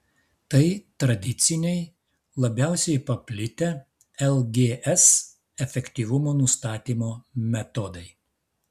tai tradiciniai labiausiai paplitę lgs efektyvumo nustatymo metodai